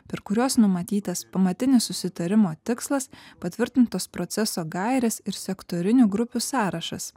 per kuriuos numatytas pamatinis susitarimo tikslas patvirtintos proceso gairės ir sektorinių grupių sąrašas